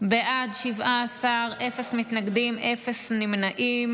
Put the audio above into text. הסדרת מקצועות הרנטגנאות